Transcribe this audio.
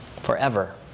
forever